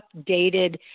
updated